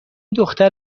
دختر